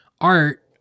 art